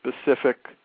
specific